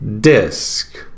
disc